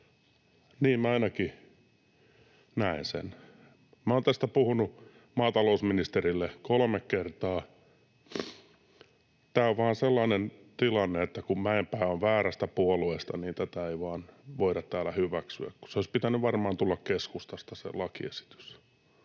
Niin minä ainakin näen sen. Minä olen tästä puhunut maatalousministerille kolme kertaa. Tämä on vain sellainen tilanne, että kun Mäenpää on väärästä puolueesta, niin tätä ei vain voida täällä hyväksyä, kun sen lakiesityksen olisi pitänyt varmaan tulla keskustasta.